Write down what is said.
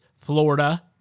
Florida